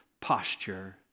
Posture